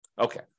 Okay